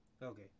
Okay